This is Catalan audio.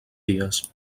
dies